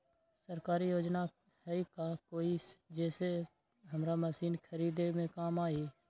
सरकारी योजना हई का कोइ जे से हमरा मशीन खरीदे में काम आई?